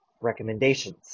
Recommendations